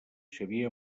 xavier